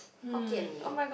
Hokkien-Mee